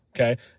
Okay